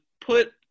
put